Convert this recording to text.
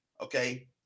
Okay